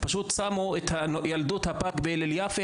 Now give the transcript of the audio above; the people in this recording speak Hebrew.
פשוט ילדו את הפג בהלל יפה,